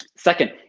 Second